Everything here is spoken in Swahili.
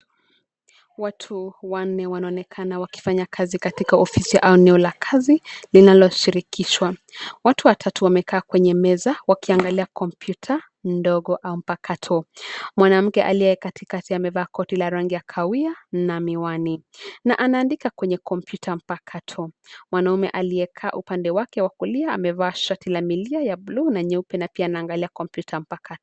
Watu wanne wanaonekana wakifanya kazi katika ofisi au eneo la kazi linaloshirikishwa. Watu watatu wamekaa kwenye meza; wakiangalia kompyuta ndogo au mpakato. Mwanamke aliye katikati amevaa koti la rangi ya kahawia na miwani na anaandika kwenye kompyuta mpakato. Mwanaume aliyekaa upande wake wa kulia amevaa shati la milia ya buluu na nyeupe na pia anaangalia kompyuta mpakato.